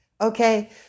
Okay